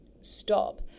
stop